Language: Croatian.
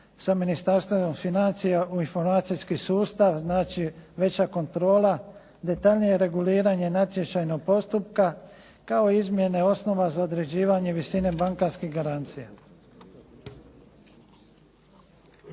sa Ministarstvom financija u informacijski sustav. Znači, veća kontrola, detaljnije reguliranje natječajnog postupka kao i izmjene osnova za određivanje visine bankarskih garancija.